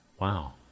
Wow